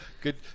Good